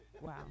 Wow